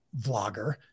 vlogger